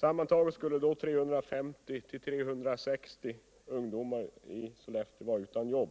Sammantaget skulle då drygt 350-360 ungdomar i Sollefteå vara utan jobb.